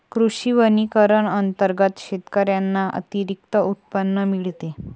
कृषी वनीकरण अंतर्गत शेतकऱ्यांना अतिरिक्त उत्पन्न मिळते